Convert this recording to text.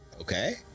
Okay